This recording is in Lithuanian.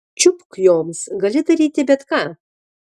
čiupk joms gali daryti bet ką